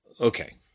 Okay